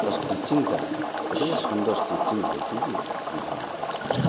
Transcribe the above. ତା ଷ୍ଟିଚିଙ୍ଗ୍ଟା ଏଡ଼େ ସୁନ୍ଦର୍ ଷ୍ଟିଚିଙ୍ଗ୍ ହେଇଛି ଯେ ମହାମୁଷ୍କିଲ୍